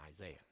Isaiah